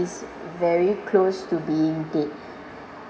very close to being dead